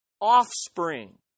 offspring